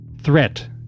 threat